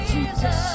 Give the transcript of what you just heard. Jesus